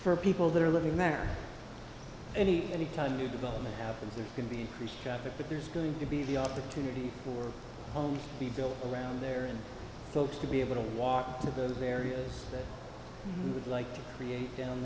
for people that are living there any any time new development happens there can be increased traffic but there's going to be the opportunity for home be built around their folks to be able to walk to the areas that would like to create down